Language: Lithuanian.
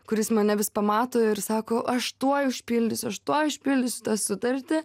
kuris mane vis pamato ir sako aš tuoj užpildysiu aš tuo išpildysiu tą sutartį